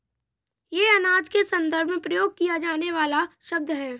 यह अनाज के संदर्भ में प्रयोग किया जाने वाला शब्द है